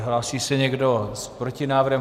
Hlásí se někdo s protinávrhem?